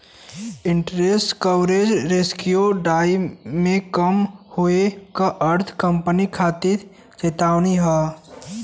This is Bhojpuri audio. इंटरेस्ट कवरेज रेश्यो ढाई से कम होये क अर्थ कंपनी खातिर चेतावनी हौ